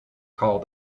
called